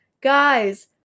guys